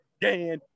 Dan